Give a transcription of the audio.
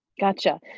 Gotcha